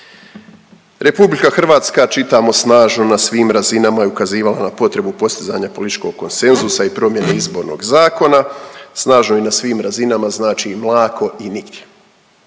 pozicije. RH čitamo snažno na svim razinama je ukazivala na potrebu postizanja političkog konsenzusa i promjene Izbornog zakona. Snažno i na svim razinama znači mlako i nigdje.